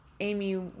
Amy